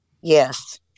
yes